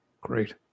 great